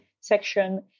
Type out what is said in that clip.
section